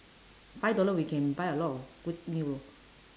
five dollar we can buy a lot of good meal